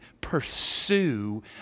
pursue